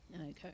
Okay